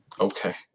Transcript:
okay